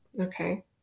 Okay